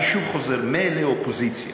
אני שוב חוזר, מילא האופוזיציה,